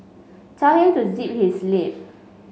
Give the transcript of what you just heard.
tell him to zip his lip